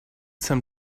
some